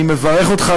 אני מברך אותך,